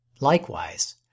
Likewise